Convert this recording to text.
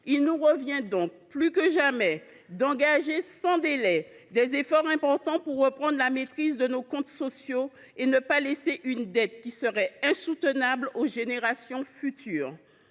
Il nous revient donc, plus que jamais, d’engager sans délai des efforts importants pour retrouver la maîtrise de nos comptes sociaux et pour ne pas laisser une dette insoutenable aux générations futures.